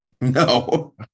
no